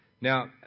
Now